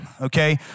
Okay